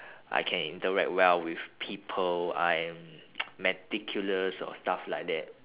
I can interact well with people I am meticulous or stuff like that